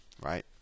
right